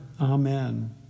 Amen